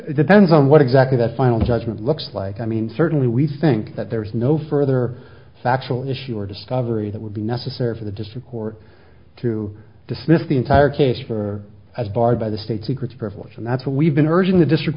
depends depends on what exactly that final judgment looks like i mean certainly we think that there is no further factual issue or discovery that would be necessary for the district court to dismiss the entire case for as barred by the state secrets privilege and that's what we've been urging the district